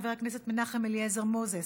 חבר הכנסת מנחם אליעזר מוזס,